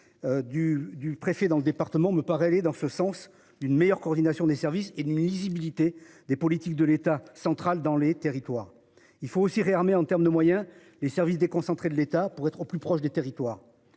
du préfet dans le département me paraît aller dans ce sens d'une meilleure coordination des services et d'une lisibilité des politiques de l'État central dans les territoires. Il faut aussi réarmer en terme de moyens, les services déconcentrés de l'État pour être au plus proche des territoires